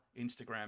Instagram